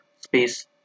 space